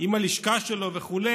עם הלשכה שלו וכו'.